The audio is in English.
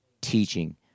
teaching